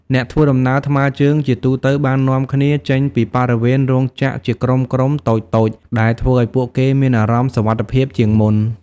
អ្នកធ្វើដំណើរថ្មើរជើងជាទូទៅបាននាំគ្នាចេញពីបរិវេណរោងចក្រជាក្រុមៗតូចៗដែលធ្វើឱ្យពួកគេមានអារម្មណ៍សុវត្ថិភាពជាងមុន។